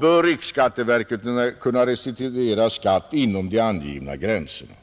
bör riksskatteverket kunna restituera skatt inom de angivna gränserna.